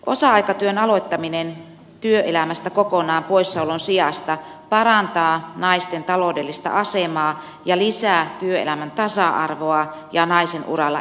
osa aikatyön aloittaminen työelämästä kokonaan poissaolon sijasta parantaa naisten taloudellista asemaa ja lisää työelämän tasa arvoa ja naisen uralla etenemisen mahdollisuuksia